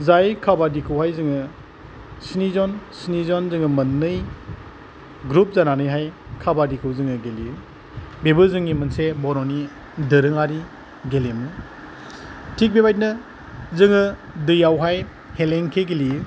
जाय खाबादिखौहाय जोङो स्नि जन स्नि जन जोङो मोननै ग्रुप जानानैहाय खाबादिखौ जोङो गेलेयो बेबो जोंनि मोनसे बर'नि दोरोङारि गेलेमु थिग बेबायदिनो जोङो दैयावहाय हेलेंखि गेलेयो